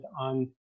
on